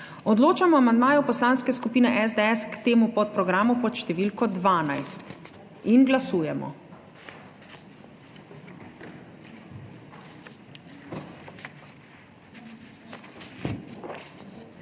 odločamo o amandmaju Poslanske skupine SDS k temu podprogramu pod številko 1. Glasujemo.